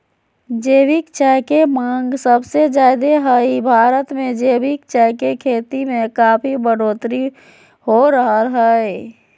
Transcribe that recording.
जैविक चाय के मांग सबसे ज्यादे हई, भारत मे जैविक चाय के खेती में काफी बढ़ोतरी हो रहल हई